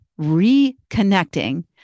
reconnecting